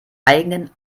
eigenen